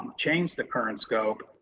um change the current scope,